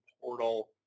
portal